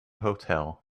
hotel